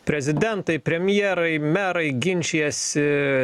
prezidentai premjerai merai ginčijasi